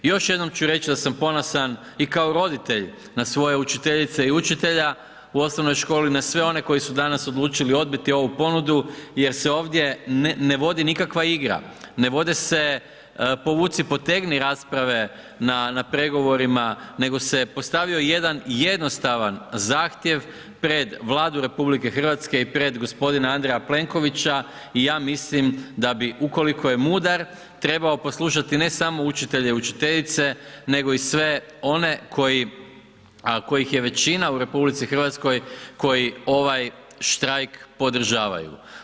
Još jednom ću reći da sam ponosan i kao roditelj na svoje učiteljice i učitelja u osnovnoj školi, na sve one koji su danas odlučili odbiti ovu ponudu jer se ovdje ne vodi nikakva igra, ne vode se povuci-potegni rasprave na pregovorima nego se postavio jedan jednostavan zahtjev pred Vladu RH i pred gospodina Andreja Plenkovića da bi ukoliko je mudar trebao poslušati ne samo učitelje i učitelje nego i sve one koji, a kojih je većina u RH koji ovaj štrajk podržavaju.